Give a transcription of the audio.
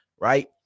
Right